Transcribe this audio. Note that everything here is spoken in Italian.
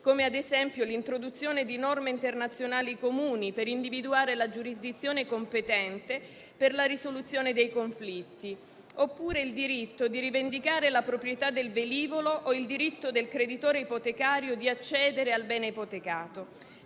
come ad esempio l'introduzione di norme internazionali comuni per individuare la giurisdizione competente per la risoluzione dei conflitti, oppure il diritto di rivendicare la proprietà del velivolo o il diritto del creditore ipotecario di accedere al bene ipotecato.